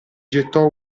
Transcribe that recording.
gettò